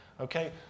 Okay